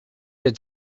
did